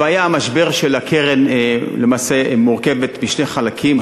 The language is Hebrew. הבעיה, המשבר של הקרן, למעשה, מורכבת משני חלקים.